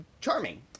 charming